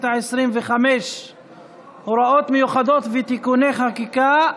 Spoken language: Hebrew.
העשרים-וחמש (הוראות מיוחדות ותיקוני חקיקה),